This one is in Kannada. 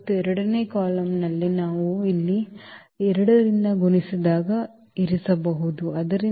ಮತ್ತು ಎರಡನೇ ಕಾಲಮ್ನಲ್ಲಿ ನಾವು ಇಲ್ಲಿ 2 ರಿಂದ ಗುಣಿಸಿದಾಗ ಇರಿಸಬಹುದು ಆದ್ದರಿಂದ 2 2 8